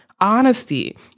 honesty